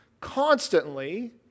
constantly